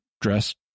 dressed